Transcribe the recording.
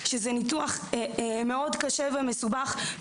שזה ניתוח מאוד קשה ומסובך.